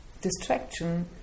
distraction